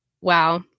wow